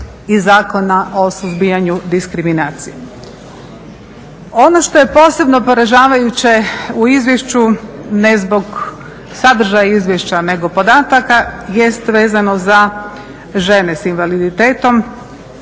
i Zakona o suzbijanju diskriminacije. Ono što je posebno poražavajuće u izvješću, ne zbog sadržaja izvješća nego podataka jest vezano za žene s invaliditetom.